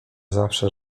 zawsze